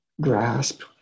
grasp